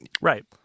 Right